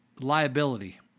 liability